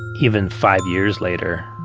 even five years later,